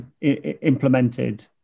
implemented